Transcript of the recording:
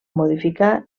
modificar